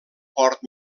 port